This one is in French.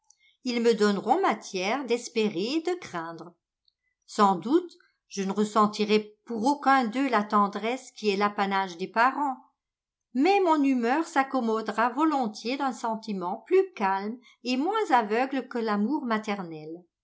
ils me donneront matière d'espérer et de craindre sans doute je ne ressentirai pour aucun d'eux la tendresse qui est l'apanage des parents mais mon humeur s'accommodera volontiers d'un sentiment plus calme et moins aveugle que l'amour maternel